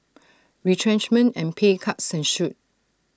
retrenchment and pay cuts ensued